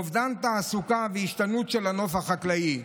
אובדן תעסוקה והשתנות של הנוף החקלאי.